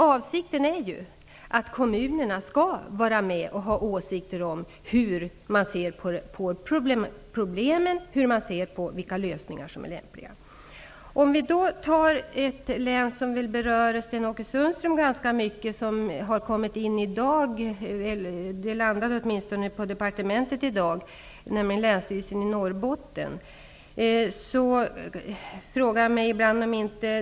Avsikten är att kommunerna skall vara med och ha åsikter om hur de ser på problemen och vilka lösningar som är lämpliga. Ett remissvar som väl berör Sten-Ove Sundström ganska mycket har kommit in i dag -- det landade åtminstone på departementet i dag -- nämligen yttrandet från länsstyrelsen i Norrbotten.